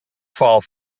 file